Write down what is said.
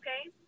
okay